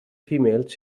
females